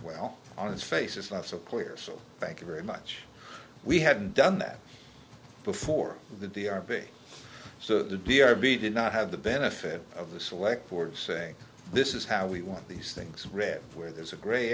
well on its face it's not so clear so thank you very much we hadn't done that before the d r b so the d r b did not have the benefit of the select words saying this is how we want these things read where there's a gray